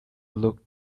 looked